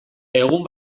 egun